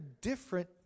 different